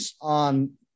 on